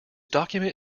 document